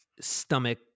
stomach